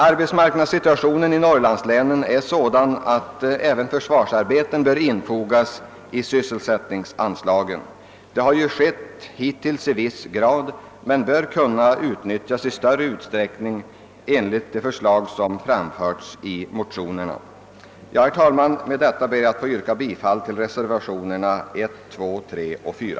Arbetsmarknadssituationen i norrlandslänen är sådan att även försvarsarbeten bör infogas i sysselsättningsansla get. Det har ju hittills skett i viss omfattning, men möjligheten bör kunna utnyttjas i större utsträckning enligt de förslag som framförts i motionerna. Herr talman! Med det anförda ber jag att få yrka bifall till reservationerna 1, 2, 3 a och 4.